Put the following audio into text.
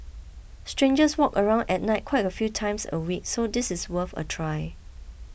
strangers walk around at night quite a few times a week so this is worth a try